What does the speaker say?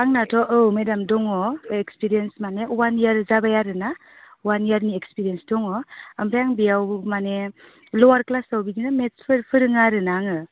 आंनियाथ' औ मेडाम दङ बे एक्सपिरियेन्स माने वान इयार जाबाय आरोना वान इयारनि एक्सपिरियेन्स दङ ओमफ्राय आं बेयाव माने ल'वार क्लासाव बिदिनो मेट्सफोर फोरोङो आरोना आङो